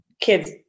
kids